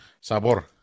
Sabor